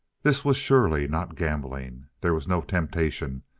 this was surely not gambling. there was no temptation.